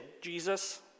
Jesus